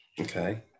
Okay